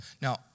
Now